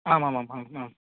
आमामां